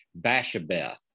Bashabeth